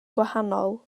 gwahanol